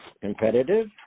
competitive